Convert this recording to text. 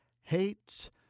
hates